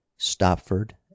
stopford